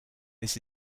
this